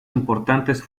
importantes